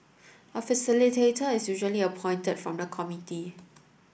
a facilitator is usually appointed from the committee